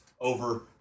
over